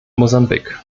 mosambik